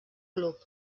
club